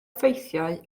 ffeithiau